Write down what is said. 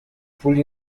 پولی